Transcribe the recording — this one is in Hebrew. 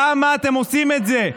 למה אתם עושים את זה?